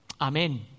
Amen